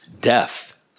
Death